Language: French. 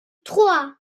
trois